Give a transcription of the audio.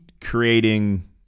creating